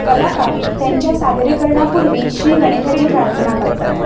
कलाकार त्यांच्या सादरीकरणापूर्वी श्री गणेशाची प्रार्थना करतात